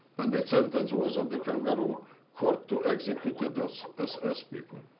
and the sentence was, of the kangaroo court, to execute ah those ss people.